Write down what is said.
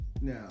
Now